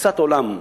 בתפיסת עולם,